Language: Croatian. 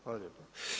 Hvala lijepo.